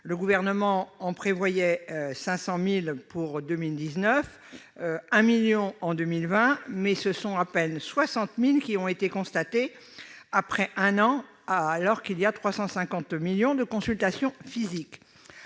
Le Gouvernement en prévoyait 500 000 pour 2019 et 1 million en 2020, mais ce sont à peine 60 000 qui ont été constatées après un an, alors qu'il y a 350 millions de consultations physiques.